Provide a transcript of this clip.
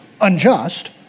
unjust